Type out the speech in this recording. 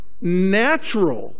natural